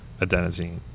adenosine